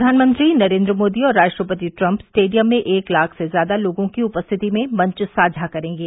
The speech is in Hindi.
प्रधानमंत्री नरेन्द्र मोदी और राष्ट्रपति ट्रम्प स्टेडियम में एक लाख से ज्यादा लोगों की उपस्थिति में मंच साझा करेंगे